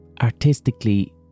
artistically